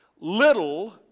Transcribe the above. Little